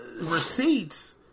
receipts